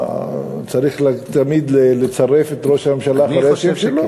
מה, צריך תמיד לצרף את "ראש הממשלה" אחרי השם שלו?